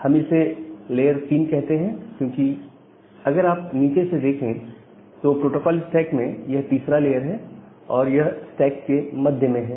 हम इसे लेयर 3 कहते हैं क्योंकि अगर आप नीचे से देखें तो प्रोटोकोल स्टैक में यह तीसरा लेयर है और यह स्टैक के मध्य में है